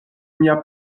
mia